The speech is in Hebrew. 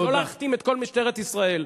לא להכתים את כל משטרת ישראל.